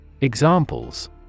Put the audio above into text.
Examples